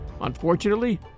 Unfortunately